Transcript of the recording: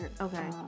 okay